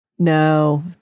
No